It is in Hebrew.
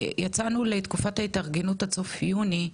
כשיצאנו לתקופת ההתארגנות עד סוף יוני,